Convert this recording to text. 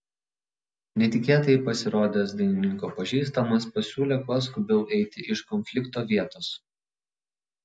netikėtai pasirodęs dainininko pažįstamas pasiūlė kuo skubiau eiti iš konflikto vietos